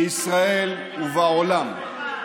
בישראל ובעולם.